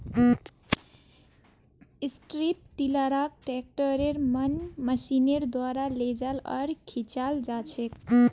strip टीलारक ट्रैक्टरेर मन मशीनेर द्वारा लेजाल आर खींचाल जाछेक